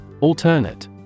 Alternate